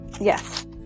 Yes